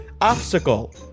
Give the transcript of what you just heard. Obstacle